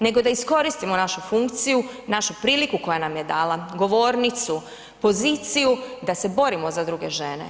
Nego da iskoristimo našu funkciju, našu priliku koja nam je dala, govornicu, poziciju da se borimo za druge žene.